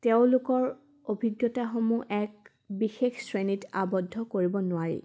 তেওঁলোকৰ অভিজ্ঞতাসমূহ এক বিশেষ শ্ৰেণীত আৱদ্ধ কৰিব নোৱাৰি